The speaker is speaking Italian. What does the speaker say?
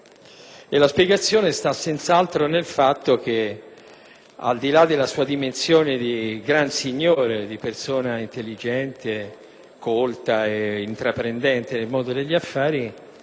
La spiegazione sta senz'altro nel fatto che, al di là della sua dimensione di gran signore, di persona intelligente, colta e intraprendente nel mondo degli affari,